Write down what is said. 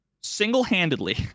single-handedly